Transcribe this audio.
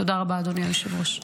תודה רבה, אדוני היושב-ראש.